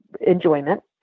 enjoyment